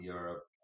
Europe